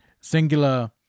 singular